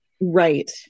right